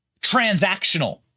transactional